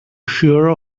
sure